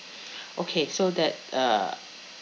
okay so that uh